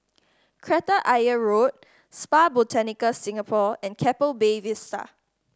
Kreta Ayer Road Spa Botanica Singapore and Keppel Bay Vista